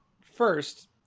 first